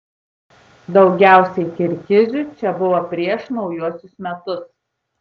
daugiausiai kirgizių čia buvo prieš naujuosius metus